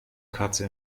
katze